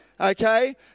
okay